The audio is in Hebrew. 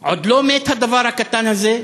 עוד לא מת, הדבר הקטן הזה?